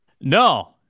No